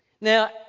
Now